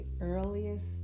earliest